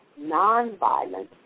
nonviolent